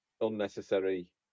unnecessary